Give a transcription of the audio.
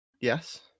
Yes